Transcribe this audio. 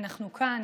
אנחנו כאן,